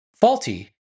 faulty